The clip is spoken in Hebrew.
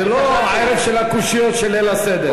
זה לא ערב של הקושיות של ליל הסדר.